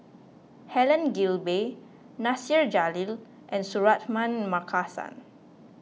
Helen Gilbey Nasir Jalil and Suratman Markasan